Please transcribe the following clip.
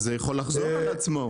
אבל זה יכול לחזור על זה.